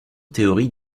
théories